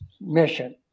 mission